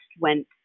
went